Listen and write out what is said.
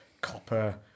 copper